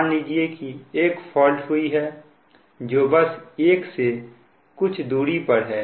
मान लीजिए कि एक फॉल्ट हुई है जो बस एक से कुछ दूरी पर है